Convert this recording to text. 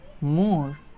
more